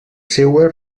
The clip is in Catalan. seua